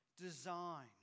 design